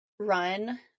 run